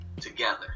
together